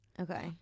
Okay